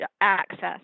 access